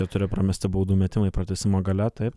keturi pramesti baudų metimai pratęsimo gale taip